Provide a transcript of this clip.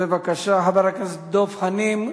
בבקשה, חבר הכנסת דב חנין,